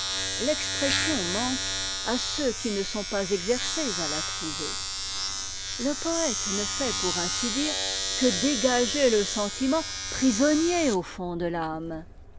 l'expression manque à ceux qui ne sont pas exercés à la trouver le poëte ne fait pour ainsi dire que dégager le sentiment prisonnier au fond de l'âme